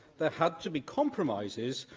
there had to be compromises,